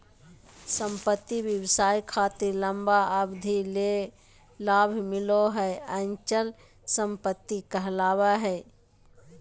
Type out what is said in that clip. संपत्ति व्यवसाय खातिर लंबा अवधि ले लाभ मिलो हय अचल संपत्ति कहलावय हय